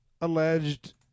alleged